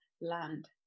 land